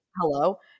Hello